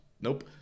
Nope